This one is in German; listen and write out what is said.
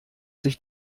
sich